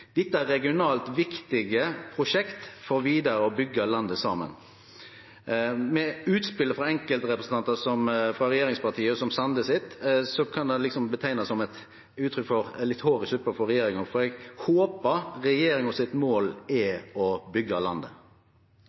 Dette er regionalt viktige prosjekt for vidare å byggje landet saman. Utspillet frå enkeltrepresentantar frå regjeringsparti som Sande sitt kan ein kalle eit hår i suppa for regjeringa, for eg håpar at målet til regjeringa er å byggje landet. Ja, regjeringens mål er å bygge landet,